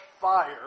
fire